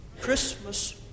Christmas